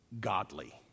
godly